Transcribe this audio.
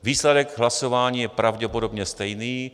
Výsledek hlasování je pravděpodobně stejný.